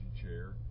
chair